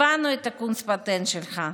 הבנו את הקונץ-פטנט שלך,